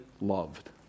loved